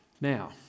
Now